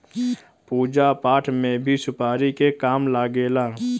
पूजा पाठ में भी सुपारी के काम लागेला